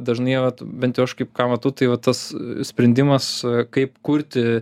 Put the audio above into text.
dažnai vat bent jau aš kaip ką matau tai va tas sprendimas kaip kurti